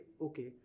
okay